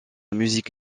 musique